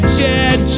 Chad